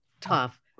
tough